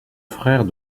frère